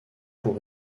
pour